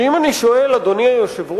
ואם אני שואל, אדוני היושב-ראש,